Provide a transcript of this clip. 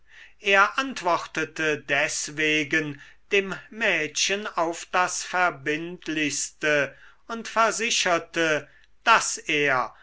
er antwortete deswegen dem mädchen auf das verbindlichste und versicherte daß er